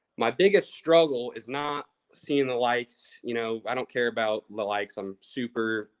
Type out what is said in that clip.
my biggest struggle is not seeing the likes, you know i don't care about the likes. i'm super,